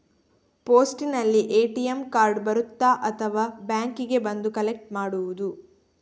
ಪೋಸ್ಟಿನಲ್ಲಿ ATM card ಬರುತ್ತಾ ಅಥವಾ ಬ್ಯಾಂಕಿಗೆ ಬಂದು ಕಲೆಕ್ಟ್ ಮಾಡುವುದು?